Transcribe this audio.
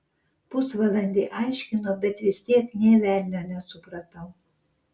pusvalandį aiškino bet vis tiek nė velnio nesupratau